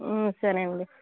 సరే అండి